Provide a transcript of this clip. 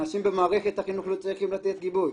אנשים במערכת החינוך לא צריכים לתת גיבוי.